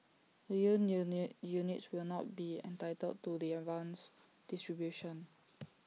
the new unit units will not be entitled to the advanced distribution